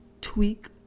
tweak